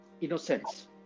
Innocence